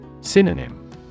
Synonym